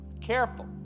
careful